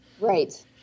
right